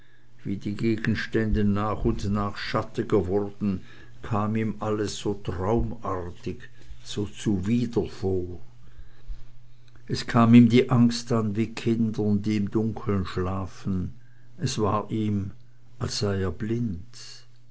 wie die gegenstände nach und nach schattiger wurden kam ihm alles so traumartig so zuwider vor es kam ihm die angst an wie kindern die im dunkeln schlafen es war ihm als sei er blind